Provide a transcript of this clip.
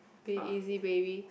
big easy baby